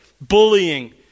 bullying